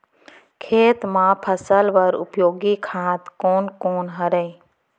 खेत म फसल बर उपयोगी खाद कोन कोन हरय?